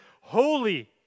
holy